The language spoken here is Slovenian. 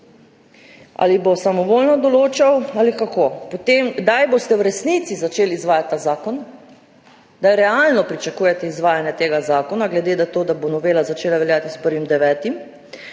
Ali bo samovoljno določal ali kako? Kdaj boste v resnici začeli izvajati ta zakon? Kdaj realno pričakujete izvajanje tega zakona, glede na to, da bo novela začela veljati s 1. 9.?